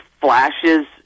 flashes